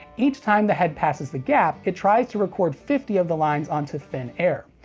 each time the head passes the gap, it tries to record fifty of the lines onto thin air.